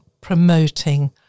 promoting